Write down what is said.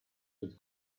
with